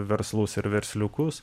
verslus ir versliukus